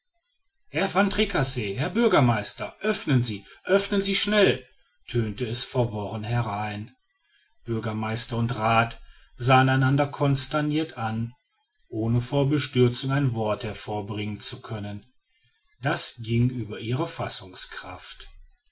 herr van tricasse herr bürgermeister öffnen sie öffnen sie schnell tönte es verworren herein bürgermeister und rath sahen einander consternirt an ohne vor bestürzung ein wort hervorbringen zu können das ging über ihre